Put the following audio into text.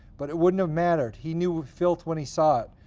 but it wouldn't have mattered, he knew filth when he saw it.